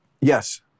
Yes